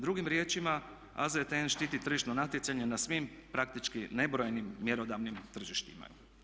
Drugim riječima, AZTN štiti tržišno natjecanje na svim praktički nebrojenim mjerodavnim tržištima.